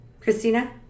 Christina